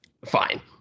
Fine